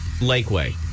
Lakeway